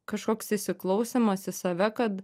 kažkoks įsiklausymas į save kad